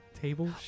table